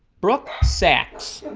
brooke sax